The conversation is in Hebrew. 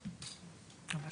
אותו לחופשה